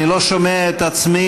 אני לא שומע את עצמי,